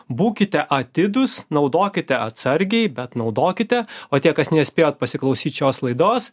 būkite atidūs naudokite atsargiai bet naudokite o tie kas nespėjot pasiklausyt šios laidos